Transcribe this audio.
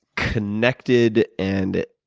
connected and